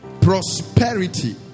prosperity